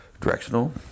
directional